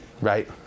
Right